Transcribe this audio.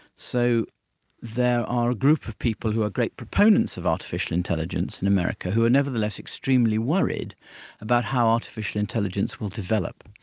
so there are a group of people who are great proponents of artificial intelligence in america who are nevertheless extremely worried about how artificial intelligence will develop.